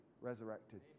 resurrected